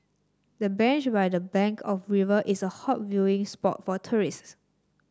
the bench by the bank of river is a hot viewing spot for tourists